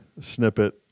snippet